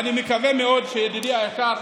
ואני מקווה מאוד, ידידי היקר,